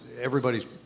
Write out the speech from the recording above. everybody's